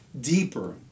deeper